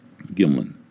Gimlin